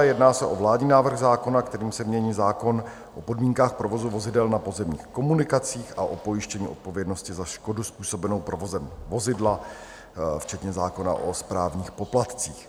Jedná se o vládní návrh zákona, kterým se mění zákon o podmínkách provozu vozidel na pozemních komunikacích a o pojištění odpovědnosti za škodu způsobenou provozem vozidla, včetně zákona o správních poplatcích.